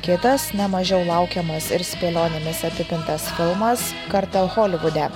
kitas nemažiau laukiamas ir spėlionėmis apipintas filmas kartą holivude